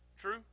True